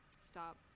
stop